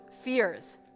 fears